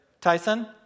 Tyson